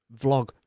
vlog